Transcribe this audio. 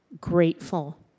grateful